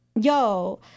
Yo